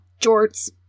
Jorts